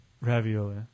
Ravioli